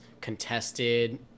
contested